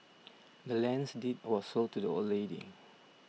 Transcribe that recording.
the land's deed was sold to the old lady